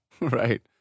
Right